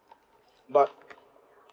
but